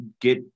get